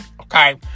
okay